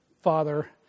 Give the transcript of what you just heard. father